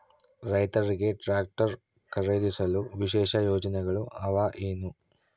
ರೈತರಿಗೆ ಟ್ರಾಕ್ಟರ್ ಖರೇದಿಸಲು ವಿಶೇಷ ಯೋಜನೆಗಳು ಅವ ಏನು?